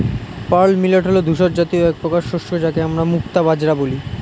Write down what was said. pearl millet হল ধূসর জাতীয় একপ্রকার শস্য যাকে আমরা মুক্তা বাজরা বলি